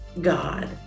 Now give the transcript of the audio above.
God